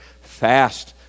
fast